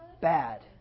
bad